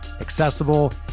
accessible